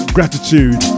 Gratitude